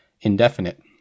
indefinite